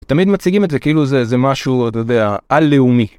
תמיד מציגים את זה כאילו זה משהו, אתה יודע, על-לאומי.